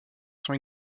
sont